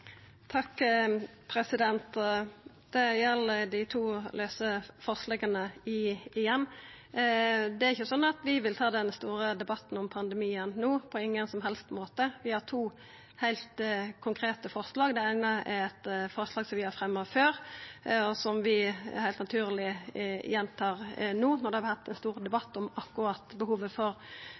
ikkje sånn at vi vil ta den store debatten om pandemien no, på ingen som helst måte. Vi har to heilt konkrete forslag. Det eine er eit forslag som vi har fremja før, og som vi heilt naturleg gjentar no, når det har vore ein stor debatt om akkurat behovet for